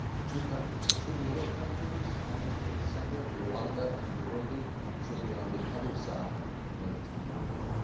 the two countries the two little countries almost in the center, rwanda and burundi should be on the other side of lake tanganyika.